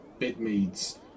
Bidmead's